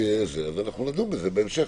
שיש כאן עניין אז אנחנו נדון בזה בהמשך,